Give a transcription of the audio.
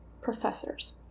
professors